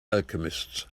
alchemists